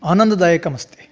आनन्ददायकमस्ति